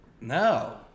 No